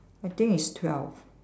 I think is twelve